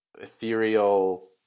ethereal